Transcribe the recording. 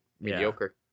mediocre